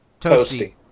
Toasty